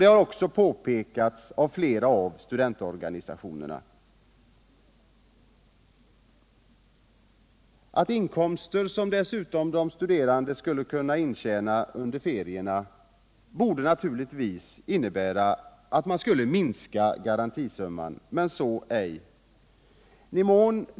Det har också påpekats av flera studentorganisationer, att inkomster som de studerande kan intjäna under ferierna skulle kunna leda till en minskning av garantisumman, men så sker ej.